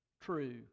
true